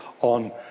on